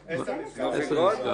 נגמור.